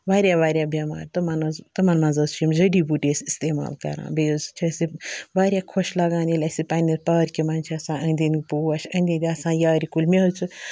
واریاہ واریاہ بٮ۪مارِ تِمَن حظ تِمَن منٛز حظ چھِ یِم جٔڈی بوٗٹی أسۍ استعمال کَران بیٚیہِ حظ چھِ أسۍ یہِ واریاہ خۄش لگان ییٚلہِ اَسہِ یہِ پنٛںہِ پارکہِ منٛز چھِ آسان أنٛدۍ أنٛدۍ پوش أنٛدۍ أنٛدۍ آسان یارِ کُلۍ مےٚ حظ چھِ